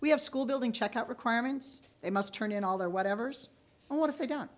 we have school building check out requirements they must turn in all their whatevers and what if they don't